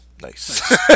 nice